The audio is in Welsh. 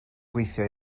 gweithio